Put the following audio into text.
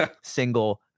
single